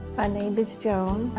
ah name is joan,